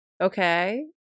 okay